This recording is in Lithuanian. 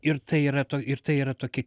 ir tai yra ir tai yra tokia